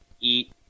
eat